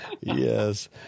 Yes